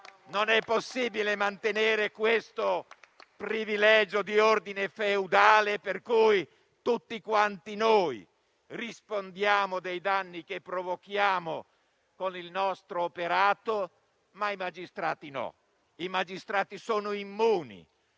Non è possibile mantenere questo privilegio di ordine feudale - ripeto - per cui tutti noi rispondiamo dei danni che provochiamo con il nostro operato, ma i magistrati no, sono immuni,